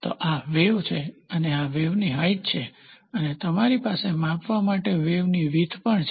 તો આ વેવ છે અને આ વેવની હાઇટ છે અને તમારી પાસે માપવા માટે વેવની વીથ પણ છે